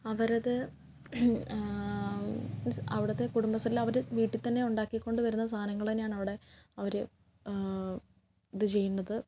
അവരത് മീൻസ് അവിടുത്തെ കുടുംബശ്രീയിലവര് വീട്ടിൽത്തന്നെ ഉണ്ടാക്കിക്കൊണ്ട് വരുന്ന സാധനങ്ങൾ തന്നെയാണ് അവിടെ അവർ ഇത് ചെയ്യുന്നത്